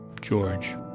George